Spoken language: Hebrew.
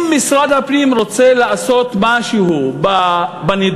אם משרד הפנים רוצה לעשות משהו בנדון,